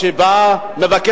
חבר הכנסת שלמה מולה, בבקשה.